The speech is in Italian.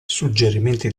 suggerimenti